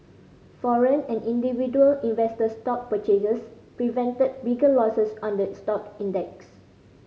foreign and individual investor stock purchases prevented bigger losses on the stock index